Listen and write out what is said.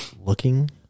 looking